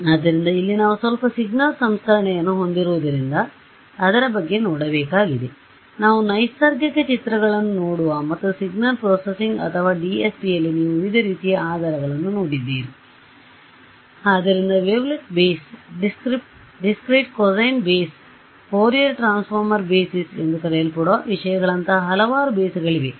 ಆದ್ದರಿಂದ ಇಲ್ಲಿ ನಾವು ಸ್ವಲ್ಪ ಸಿಗ್ನಲ್ ಸಂಸ್ಕರಣೆಯನ್ನು ಹೊಂದಿರುವುದರಿಂದ ಅದರ ಬಗ್ಗೆ ನೋಡಬೇಕಾಗಿದೆ ಆದ್ದರಿಂದ ನಾವು ನೈಸರ್ಗಿಕ ಚಿತ್ರಗಳನ್ನು ನೋಡವ ಮತ್ತು ಸಿಗ್ನಲ್ ಪ್ರೊಸೆಸಿಂಗ್ ಅಥವಾ DSPಯಲ್ಲಿ ನೀವು ವಿವಿಧ ರೀತಿಯ ಆಧಾರಗಳನ್ನು ನೋಡಿದ್ದೀರಿ ಆದ್ದರಿಂದ wavelet base discrete cosine base Fourier transform basis ಎಂದು ಕರೆಯಲ್ಪಡುವ ವಿಷಯಗಳಂತಹ ಹಲವಾರು ಬೇಸ್ಗಳು ಗಿವೆ